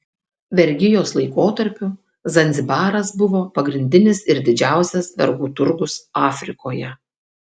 vergijos laikotarpiu zanzibaras buvo pagrindinis ir didžiausias vergų turgus afrikoje